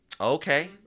Okay